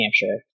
Hampshire